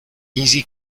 easy